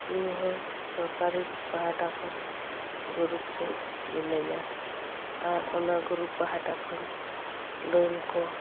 ᱤᱧ ᱦᱚᱸ ᱥᱚᱨᱠᱟᱨᱤ ᱯᱟᱦᱴᱟ ᱠᱷᱚᱱ ᱜᱨᱩᱯ ᱨᱮ ᱢᱤᱱᱟᱹᱧᱟ ᱟᱨ ᱚᱱᱟ ᱜᱨᱩᱯ ᱯᱟᱦᱴᱟ ᱠᱷᱚᱱ ᱞᱳᱱ ᱠᱚ